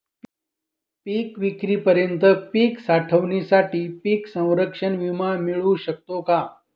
पिकविक्रीपर्यंत पीक साठवणीसाठी पीक संरक्षण विमा मिळू शकतो का?